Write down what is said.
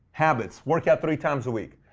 habits, work out three times a week.